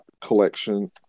collection